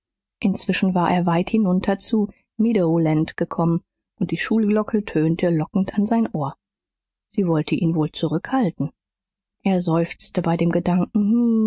inzwischen war er weit hinunter zu meadow land gekommen und die schulglocke tönte lockend an sein ohr sie wollte ihn wohl zurückhalten er seufzte bei dem gedanken nie